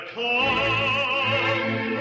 come